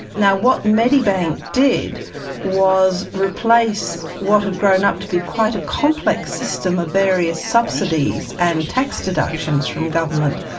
now what medibank did was replace what had grown up to be quite a complex system of various subsidies and tax deductions from government,